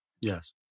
yes